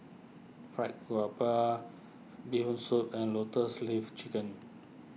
Fried Garoupa Bee Hoon Soup and Lotus Leaf Chicken